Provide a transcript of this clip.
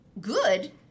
good